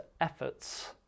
efforts